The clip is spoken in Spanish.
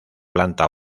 planta